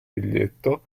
biglietto